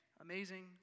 amazing